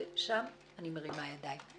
ושם אני מרימה ידיים.